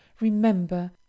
remember